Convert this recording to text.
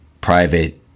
private